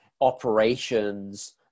operations